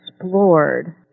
explored